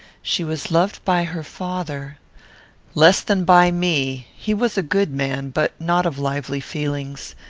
she was loved by her father less than by me. he was a good man, but not of lively feelings.